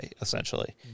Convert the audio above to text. essentially